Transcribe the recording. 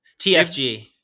TFG